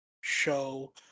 show